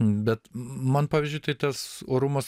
bet man pavyzdžiui tai tas orumas